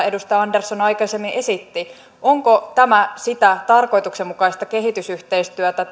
edustaja andersson aikaisemmin esitti onko tämä tällä tavalla harjoitettuna sitä tarkoituksenmukaista kehitysyhteistyötä